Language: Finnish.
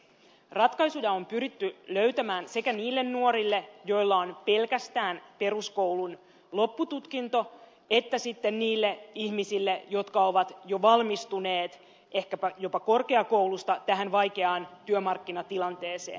ratkaisuja on pyritty löytämään sekä niille nuorille joilla on pelkästään peruskoulun loppututkinto että sitten niille ihmisille jotka ovat jo valmistuneet ehkäpä jopa korkeakoulusta tähän vaikeaan työmarkkinatilanteeseen